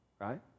right